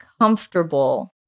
comfortable